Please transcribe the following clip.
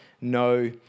no